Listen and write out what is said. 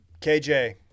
KJ